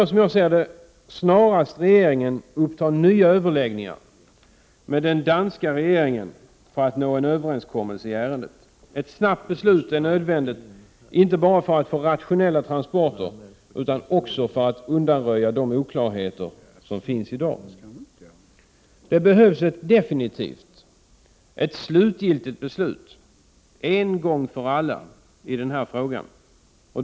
Som jag ser det bör därför regeringen snarast ta upp nya överläggningar med den danska regeringen för att nå en överenskommelse i ärendet. Ett snabbt beslut är nödvändigt, inte bara för att få rationella transporter utan också för att undanröja de oklarheter som i dag råder. Det behövs ett definitivt beslut en gång för alla i den här frågan.